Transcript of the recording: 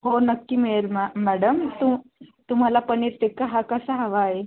हो नक्की मिळेल मॅ मॅडम तु तुम्हाला पनीर टिक्का हा कसा हवा आहे